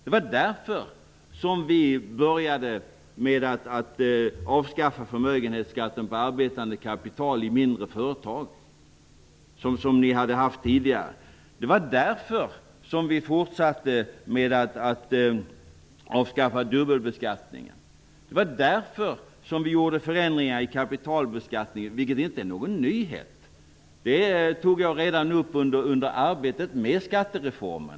Det var därför vi började med att avskaffa förmögenhetsskatten på arbetande kapital i mindre företag, som hade funnits tidigare. Det var därför vi fortsatte med att avskaffa dubbelbeskattningen. Det var därför vi gjorde förändringar i kapitalbeskattningen, vilket inte är någon nyhet -- det tog jag upp redan under arbetet med skattereformen.